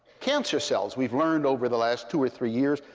cancer cells, we've learned over the last two or three years,